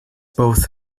both